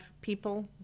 people